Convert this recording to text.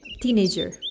teenager